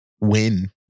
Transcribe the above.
win